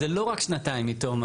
זה לא רק שנתיים מתום.